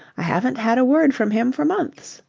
i haven't had a word from him for months.